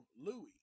Louis